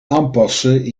aanpassen